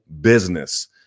business